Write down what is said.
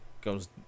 goes